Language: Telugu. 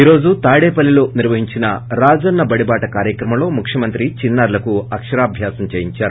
ఈ రోజు తాడేపల్లిలో నిర్వహించిన రాజన్న బడి బాట కార్యక్రమంలో ముఖ్యమంత్రి చిన్నారులకు అక్షరాభ్యాసం చేయించారు